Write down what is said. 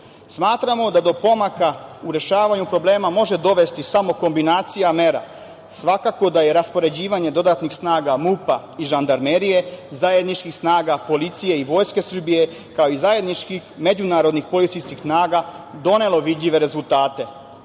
podršku. Smatramo da do pomaka u rešavanju problema može dovesti samo kombinacija mera. Svakako da je raspoređivanje dodatnih snaga MUP-a i Žandarmerije, zajedničkih snaga Policije i Vojske Srbije, kao i zajedničkih međunarodnih policijskih snaga donelo vidljive rezultate.Za